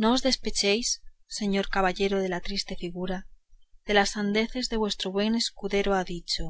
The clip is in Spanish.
no os despechéis señor caballero de la triste figura de las sandeces que vuestro buen escudero ha dicho